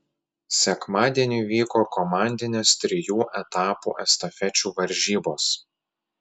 sekmadienį vyko komandinės trijų etapų estafečių varžybos